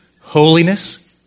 holiness